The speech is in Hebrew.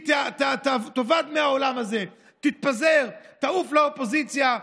תאבד מהעולם הזה, תתפזר, תעוף לאופוזיציה.